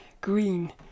green